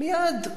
מייד,